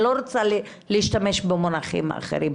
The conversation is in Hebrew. אני לא רוצה להשתמש במונחים אחרים.